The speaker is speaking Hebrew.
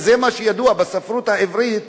וזה מה שידוע בספרות העברית,